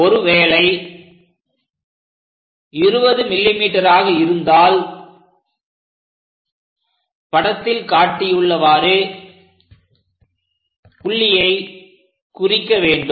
ஒருவேளை 20 mm ஆக இருந்தால் படத்தில் காட்டியுள்ளவாறு புள்ளியை குறிக்க வேண்டும்